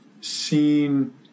seen